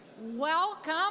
Welcome